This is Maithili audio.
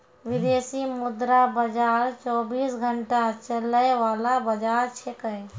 विदेशी मुद्रा बाजार चौबीस घंटा चलय वाला बाजार छेकै